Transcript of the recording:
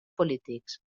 polítics